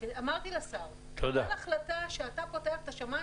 אמרתי לשר קח החלטה שאתה פותח את השמיים